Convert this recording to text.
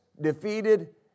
defeated